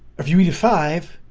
a few five,